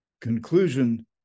conclusion